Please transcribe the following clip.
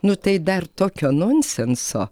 nu tai dar tokio nonsenso